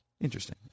Interesting